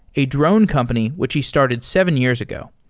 a drone company which he started seven years ago.